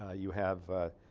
ah you have